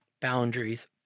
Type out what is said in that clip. boundaries